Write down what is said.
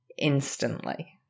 Instantly